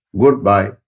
goodbye